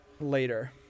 later